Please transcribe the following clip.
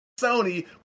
Sony